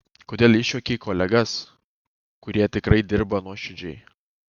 kodėl išjuokei kolegas kurie tikrai dirba nuoširdžiai